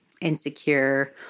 insecure